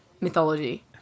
mythology